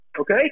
okay